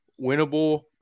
winnable